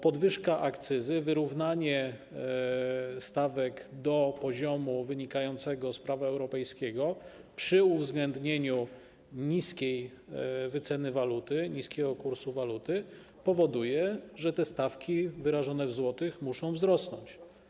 Podwyżka akcyzy, wyrównanie stawek do poziomu wynikającego z prawa europejskiego przy uwzględnieniu niskiego kursu waluty powoduje, że stawki wyrażone w złotych muszą wzrosnąć.